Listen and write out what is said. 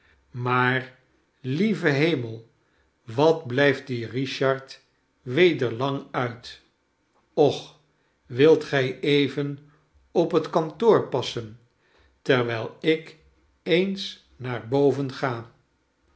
maar lieve hemel wat blijft die richard weder lang uit och wilt gij even op het kantoor passen terwijl ik eens naar boven ga